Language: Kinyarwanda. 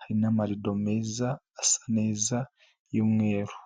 hari n'amarido meza asa neza y'umweru.